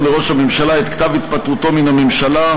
לראש הממשלה את כתב התפטרותו מן הממשלה,